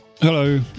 Hello